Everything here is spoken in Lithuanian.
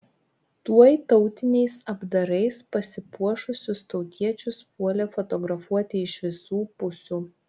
tuoj tautiniais apdarais pasipuošusius tautiečius puolė fotografuoti iš visų pusių